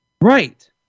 Right